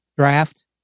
draft